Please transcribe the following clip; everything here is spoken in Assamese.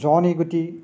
জনি গুটি